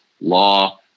law